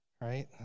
Right